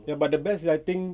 ya but the best I think